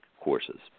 courses